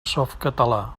softcatalà